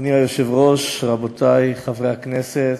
אדוני היושב-ראש, רבותי חברי הכנסת,